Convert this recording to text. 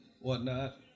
whatnot